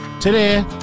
today